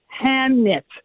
hand-knit